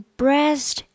breast